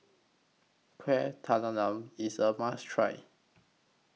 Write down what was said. Kueh IS A must Try